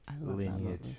lineage